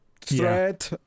thread